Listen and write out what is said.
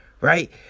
Right